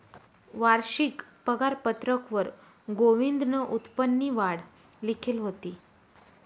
वारशिक पगारपत्रकवर गोविंदनं उत्पन्ननी वाढ लिखेल व्हती